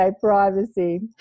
privacy